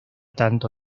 tanto